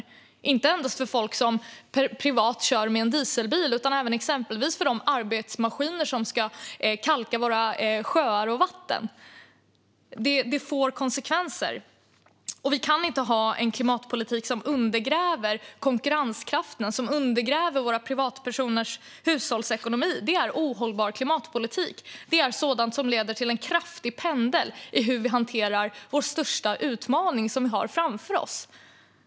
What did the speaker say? Det handlar alltså inte endast om folk som privat kör med en dieselbil utan även exempelvis om de arbetsmaskiner som ska kalka våra sjöar och vatten. Vi kan inte ha en klimatpolitik som undergräver konkurrenskraften och privatpersoners hushållsekonomi. Det är ohållbar klimatpolitik och sådant som leder till en kraftig pendling i hur vi hanterar vår största utmaning.